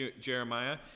Jeremiah